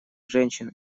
женщин